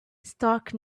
stark